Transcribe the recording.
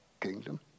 kingdom